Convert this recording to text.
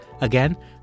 Again